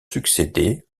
succédé